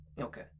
Okay